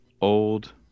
old